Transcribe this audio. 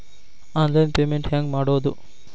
Online payment ಹೆಂಗ್ ಮಾಡೋದು?